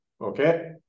Okay